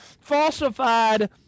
falsified